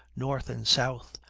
north and south,